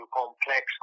complex